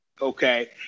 okay